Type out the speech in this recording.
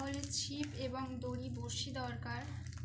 ফলে ছিপ এবং দড়ি বঁড়শি দরকার